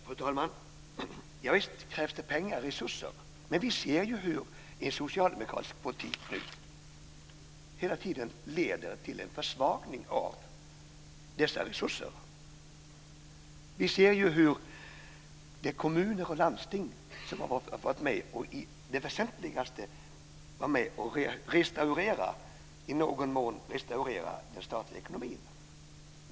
Fru talman! Visst krävs det pengar och resurser. Men vi ser ju hur en socialdemokratisk politik nu hela tiden leder till en försvagning av dessa resurser. Det är kommuner och landsting som i det väsentligaste varit med och restaurerat, i någon mån, den statliga ekonomin.